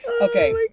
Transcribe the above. Okay